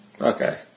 Okay